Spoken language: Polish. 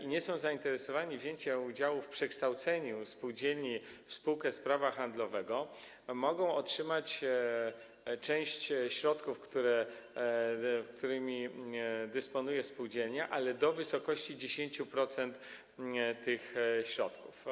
i nie są zainteresowani wzięciem udziału w przekształceniu spółdzielni w spółkę prawa handlowego, mogą otrzymać część środków, którymi dysponuje spółdzielnia, ale do wysokości 10% tych środków.